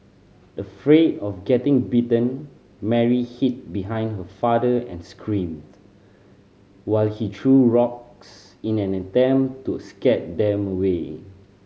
afraid of getting bitten Mary hid behind her father and screamed while he threw rocks in an attempt to scare them away